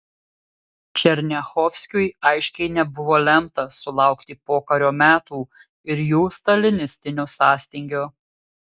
černiachovskiui aiškiai nebuvo lemta sulaukti pokario metų ir jų stalinistinio sąstingio